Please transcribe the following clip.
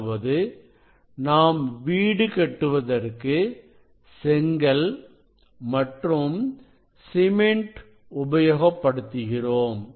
அதாவது நாம் வீடு கட்டுவதற்கு செங்கல் மற்றும் சிமெண்ட் உபயோகப்படுத்துகிறோம்